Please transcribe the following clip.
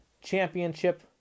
championship